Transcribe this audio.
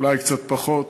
אולי קצת פחות.